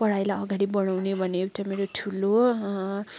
पढाइलाई अगाडि बढाउने भन्ने एउटा मेरो ठुलो हो